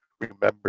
remember